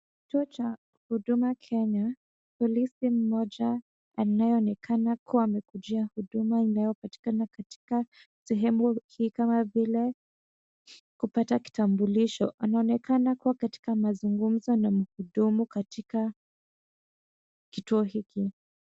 Kituo cha huduma Kenya, polisi mmoja anayeonekana kuwa amekujia huduma inayopatikana katika sehemu hii kama vile kupata kitambulisho, anaonekana kuwa katika mazungumzo na muhudumu katika kituo hiki.